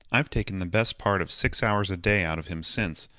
i've taken the best part of six hours a day out of him since,